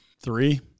three